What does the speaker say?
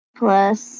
plus